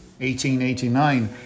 1889